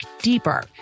deeper